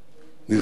נרגשת,